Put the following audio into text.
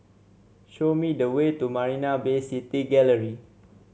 show me the way to Marina Bay City Gallery